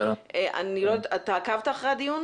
אתה עקבת אחרי הדיון?